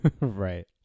right